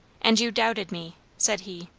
and you doubted me! said he.